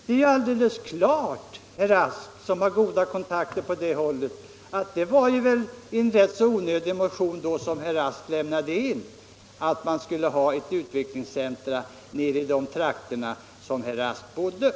Det är alldeles klart, herr Rask — som har goda kontakter på det hållet — att det var en ganska onödig motion som herr Rask väckte om ett utvecklingscenter i de trakter där herr Rask bor!